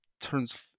turns